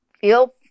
feel